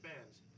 bands